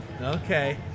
Okay